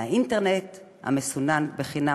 מהאינטרנט המסונן בחינם.